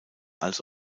als